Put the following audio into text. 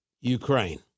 Ukraine